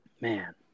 Man